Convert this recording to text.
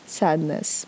sadness